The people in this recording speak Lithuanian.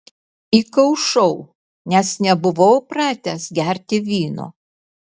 įkaušau nes nebuvau pratęs gerti vyno